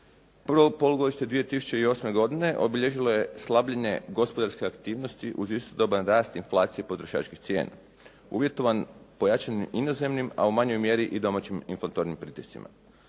Prvo polugodište 2008. godine obilježilo je slabljenje gospodarske aktivnosti uz istodoban rast inflacije i potrošačkih cijena uvjetovan pojačanim inozemnom a u manjoj mjeri i domaćim inflatornim pritiscima.